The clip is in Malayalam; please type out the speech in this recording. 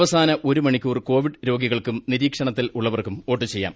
അവസാന ഒരു മണിക്കൂർ കോവിഡ് രോഗികൾക്കും നിരീക്ഷണത്തിലുളളവർക്കും വോട്ടു ചെയ്യാം